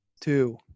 Two